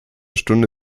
stunde